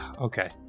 okay